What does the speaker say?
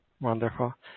Wonderful